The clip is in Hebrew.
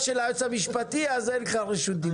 של היועץ המשפטי אז אין לך רשות דיבור.